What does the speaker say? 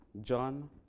John